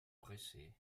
presser